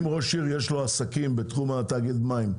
יש לו עסקים בתחום תאגיד המים,